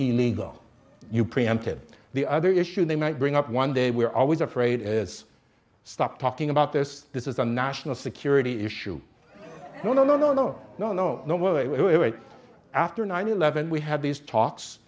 illegal you preempted the other issue they might bring up one day we're always afraid is stop talking about this this is a national security issue no no no no no no no no it was after nine eleven we had these talks